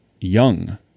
young